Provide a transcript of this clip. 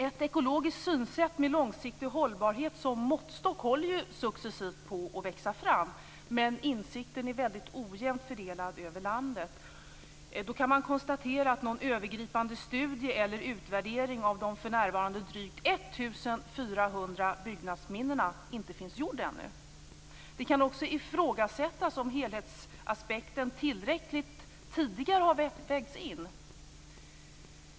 Ett ekologiskt synsätt med långsiktig hållbarhet som måttstock håller ju successivt på att växa fram. Men insikten är mycket ojämnt fördelad över landet. Man kan konstatera att någon övergripande studie eller utvärdering av de för närvarande drygt 1 400 byggnadsminnena inte ännu gjorts. Det kan också ifrågasättas om helhetsaspekten har vägts in tillräckligt tidigare.